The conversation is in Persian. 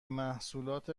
محصولات